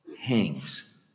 hangs